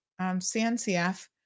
CNCF